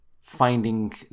finding